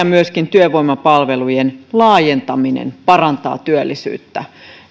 myöskin työvoimapalvelujen laajentaminen parantaa työllisyyttä